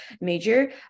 major